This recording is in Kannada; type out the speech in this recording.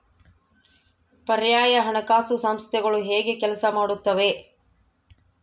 ಪರ್ಯಾಯ ಹಣಕಾಸು ಸಂಸ್ಥೆಗಳು ಹೇಗೆ ಕೆಲಸ ಮಾಡುತ್ತವೆ?